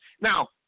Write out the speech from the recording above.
Now